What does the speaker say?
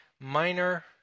minor